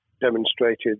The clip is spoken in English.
demonstrated